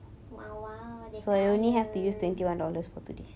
!wow! !wow! dah kaya